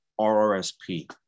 RRSP